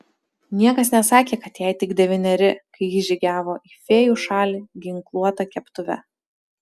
niekas nesakė kad jai tik devyneri kai ji žygiavo į fėjų šalį ginkluota keptuve